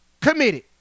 committed